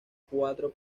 cuatro